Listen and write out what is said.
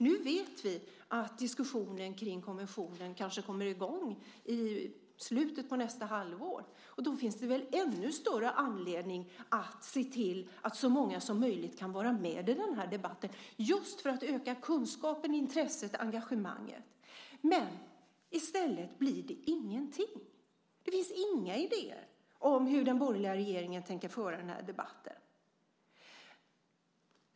Nu vet vi att diskussionen kring konventionen kanske kommer i gång i slutet på nästa halvår, och då finns det väl ännu större anledning att se till att så många som möjligt kan vara med i den här debatten, just för att öka kunskapen, intresset och engagemanget. Men i stället blir det ingenting. Det finns inga idéer om hur den borgerliga regeringen tänker föra den här debatten.